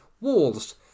Walls